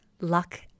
luck